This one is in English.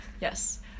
Yes